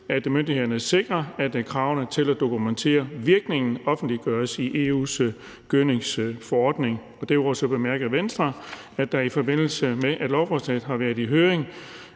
at myndighederne sikrer, at kravene til at dokumentere virkningen offentliggøres i EU's gødningsforordning. Derudover bemærker Venstre, at der i forbindelse med at lovforslaget har været i høring,